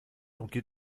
umgeht